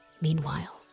Meanwhile